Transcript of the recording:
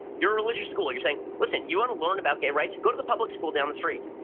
you're a religious school, you're saying, listen, you wanna learn about gay rights? go to the public school down the street.